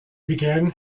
began